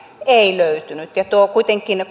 ei löytynyt ja kuitenkin